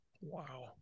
Wow